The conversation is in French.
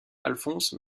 alphonse